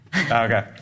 Okay